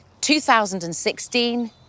2016